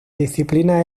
disciplinas